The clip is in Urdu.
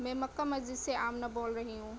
میں مکہ مسجد سے آمنہ بول رہی ہوں